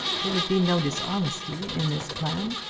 there would be no dishonesty in this plan.